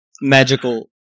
Magical